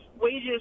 wages